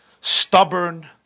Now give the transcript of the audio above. stubborn